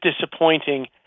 disappointing